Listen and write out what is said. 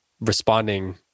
responding